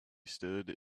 stood